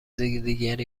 دیگری